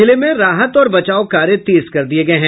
जिले में राहत और बचाव कार्य तेज कर दिये गये हैं